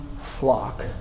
flock